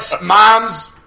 mom's